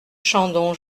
chandon